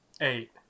Eight